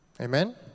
Amen